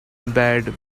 bed